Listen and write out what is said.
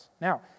Now